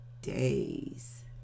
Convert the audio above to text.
days